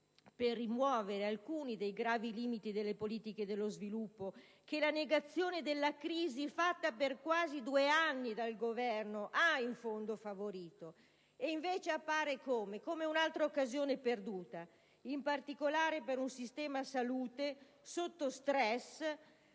per rimuovere alcuni dei gravi limiti delle politiche dello sviluppo, che la negazione della crisi fatta per quasi due anni dal Governo ha in fondo favorito. E invece appare come un'altra occasione perduta, in particolare per un sistema salute sotto stress,